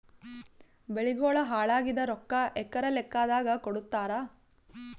ಬೆಳಿಗೋಳ ಹಾಳಾಗಿದ ರೊಕ್ಕಾ ಎಕರ ಲೆಕ್ಕಾದಾಗ ಕೊಡುತ್ತಾರ?